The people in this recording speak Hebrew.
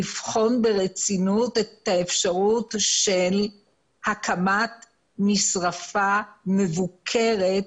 לבחון ברצינות את האפשרות של הקמת משרפה מבוקרת,